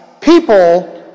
people